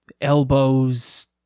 elbows